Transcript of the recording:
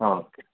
okay